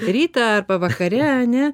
rytą arba vakare ane